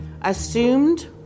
assumed